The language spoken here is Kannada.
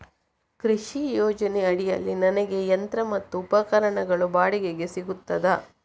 ಕೃಷಿ ಯೋಜನೆ ಅಡಿಯಲ್ಲಿ ನನಗೆ ಯಂತ್ರ ಮತ್ತು ಉಪಕರಣಗಳು ಬಾಡಿಗೆಗೆ ಸಿಗುತ್ತದಾ?